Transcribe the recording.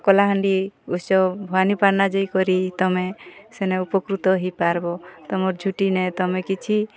କଳାହାଣ୍ଡି ଉତ୍ସବ୍ ଭବାନୀପାଟଣା ଯାଇକରି ତମେ ସେନେ ଉପକୃତ ହେଇପାରବ ତମର୍ ଝୁଟିନେ ତମେ କିଛି